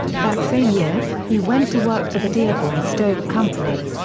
that same year, he went to work for the dearborn stove company.